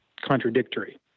contradictory